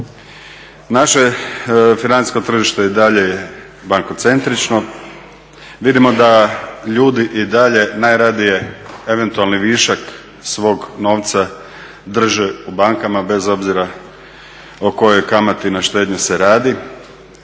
Naše financijske tržište i dalje je bankocentrično, vidimo da ljudi i dalje najradije eventualni višak svog novca drže u bankama bez obzira o kojoj kamati na štednju se radi